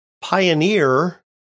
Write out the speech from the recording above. Pioneer